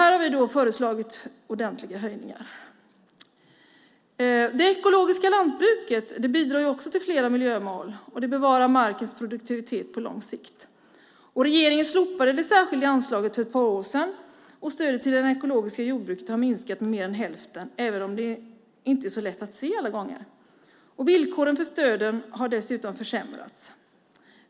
Här har vi föreslagit ordentliga höjningar. Det ekologiska lantbruket bidrar också till flera miljömål och bevarar markens produktivitet på lång sikt. Regeringen slopade det särskilda anslaget för ett par år sedan. Stödet till det ekologiska jordbruket har minskat med mer än hälften, även om det inte är så lätt att se alla gånger. Villkoren för stöden har dessutom försämrats.